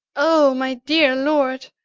o my deare lord,